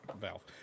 Valve